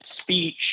speech